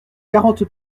quarante